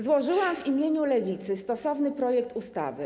Złożyłam w imieniu Lewicy stosowny projekt ustawy.